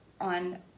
on